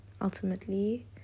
ultimately